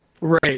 Right